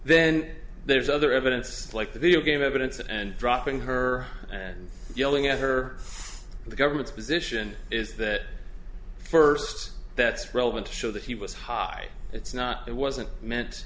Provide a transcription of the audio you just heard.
then there's other evidence like the video game evidence and dropping her and yelling at her the government's position is that first that's relevant to show that he was high it's not that wasn't meant